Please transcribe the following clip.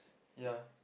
ya